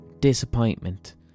disappointment